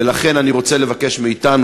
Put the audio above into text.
ולכן אני רוצה לבקש מאתנו,